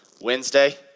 Wednesday